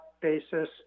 basis